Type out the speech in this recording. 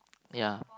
ya